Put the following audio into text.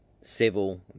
civil